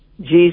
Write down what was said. Jesus